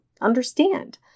understand